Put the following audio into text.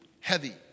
heavy